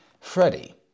Freddie